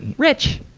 rich!